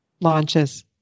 launches